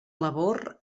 labor